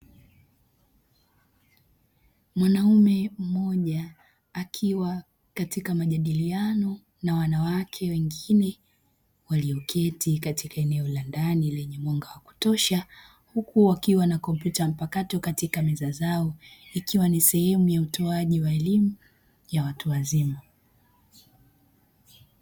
Mwanaume mmoja akiwa katika majadiliano na wanawake wengine walioketi katika eneo la ndani lenye mwanga wa kutosha, huku wakiwa na kompyuta mpakato katika meza zao ikiwa ni sehemu ya utoaji wa elimu ya watu wazima.